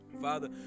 Father